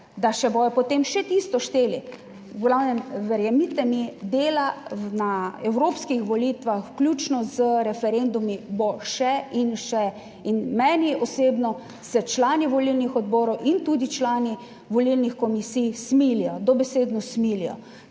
da se bodo potem še tisto šteli. V glavnem, verjemite mi, dela na evropskih volitvah vključno z referendumi bo še in še. In meni osebno se člani volilnih odborov in tudi člani volilnih komisij smilijo, dobesedno smilijo,